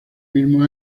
mismo